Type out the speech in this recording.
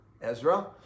Ezra